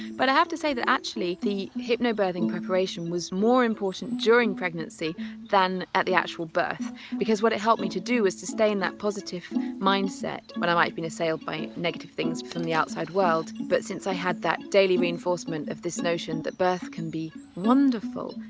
but i have to say that actually the hypnobirthing preparation was more important during pregnancy than at the actual birth because what it helped me to do was to stay in that positive mindset when but i might been assailed by negative things from the outside world. but since i had that daily reinforcement of this notion that birth can be wonderful,